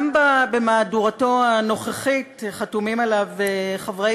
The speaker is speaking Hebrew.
גם במהדורתו הנוכחית חתומים עליו חברי